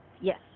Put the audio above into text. yes